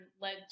led